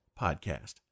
Podcast